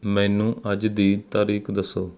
ਮੈਨੂੰ ਅੱਜ ਦੀ ਤਾਰੀਖ ਦੱਸੋ